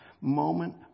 moment